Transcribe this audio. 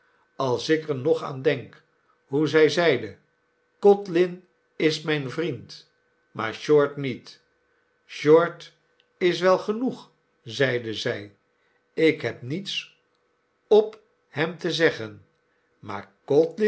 als ik er nog aan denk hoe zij zeide codlin is mijn vriend maar short niet short is wel genoeg zeide zij ik heb niets op hem te zeggen maar